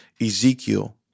Ezekiel